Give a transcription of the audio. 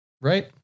Right